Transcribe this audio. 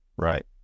Right